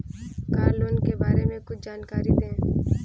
Car loan के बारे में कुछ जानकारी दें?